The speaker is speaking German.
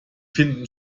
finden